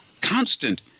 Constant